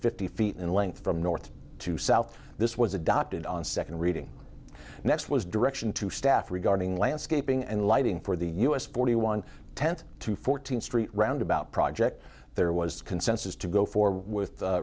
fifty feet in length from north to south this was adopted on second reading next was direction to staff regarding landscaping and lighting for the us forty one tent to fourteenth street roundabout project there was consensus to go forward with